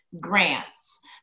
grants